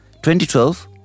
2012